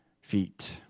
feet